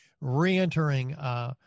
reentering